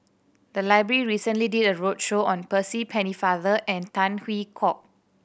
the library recently did a roadshow on Percy Pennefather and Tan Hwee Hock